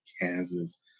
Kansas